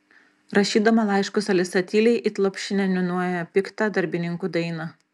rašydama laiškus alisa tyliai it lopšinę niūniuoja piktą darbininkų dainą